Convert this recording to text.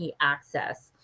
access